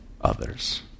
others